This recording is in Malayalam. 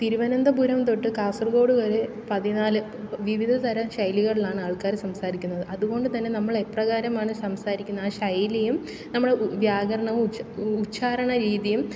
തിരുവനന്തപുരം തൊട്ട് കാസർഗോഡ് വരെ പതിനാല് വിവിധതരം ശൈലികളിലാണ് ആൾക്കാര് സംസാരിക്കുന്നത് അതുകൊണ്ടുതന്നെ നമ്മൾ എപ്രകാരമാണ് സംസാരിക്കുന്നത് ആ ശൈലിയും നമ്മുടെ വ്യാകരണവും ഉച്ചാരണ രീതിയും